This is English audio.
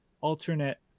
alternate